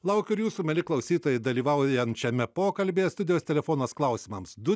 laukiu ir jūsų mieli klausytojai dalyvaujant šiame pokalbyje studijos telefonas klausimams du